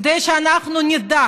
כדי שאנחנו נדע